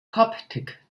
coptic